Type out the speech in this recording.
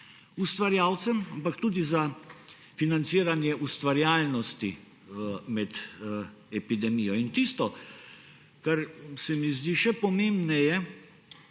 ustvarjalcem, ampak tudi za financiranje ustvarjalnosti med epidemijo. In tisto, kar se mi zdi še pomembneje,